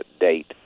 date